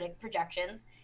projections